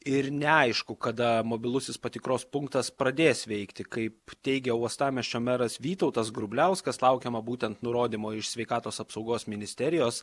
ir neaišku kada mobilusis patikros punktas pradės veikti kaip teigia uostamiesčio meras vytautas grubliauskas laukiama būtent nurodymo iš sveikatos apsaugos ministerijos